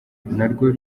narwo